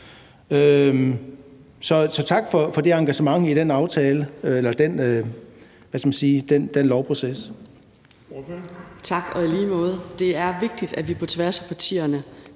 Så tak for det engagement i den lovproces.